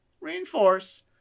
reinforce